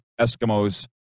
Eskimos